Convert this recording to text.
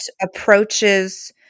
approaches